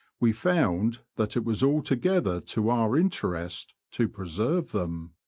we found that it was altogether to our interest to preserve them.